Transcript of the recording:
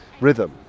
rhythm